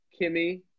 Kimmy